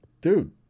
dude